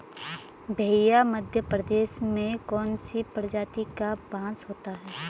भैया मध्य प्रदेश में कौन सी प्रजाति का बांस होता है?